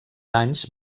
anys